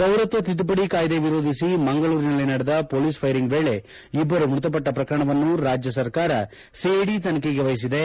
ಪೌರತ್ವ ತಿದ್ದುಪಡಿ ಕಾಯ್ದೆ ವಿರೋಧಿಸಿ ಮಂಗಳೂರಿನಲ್ಲಿ ನಡೆದ ಪೊಲೀಸ್ ಫೈರಿಂಗ್ ವೇಳಿ ಇಬ್ಬರು ಮೃತಪಟ್ಟ ಪ್ರಕರಣವನ್ನು ರಾಜ್ಯ ಸರ್ಕಾರ ಸಿಐಡಿ ತನಿಖೆಗೆ ವಹಿಸಿದೆ